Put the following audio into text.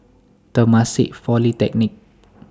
Temasek Polytechnic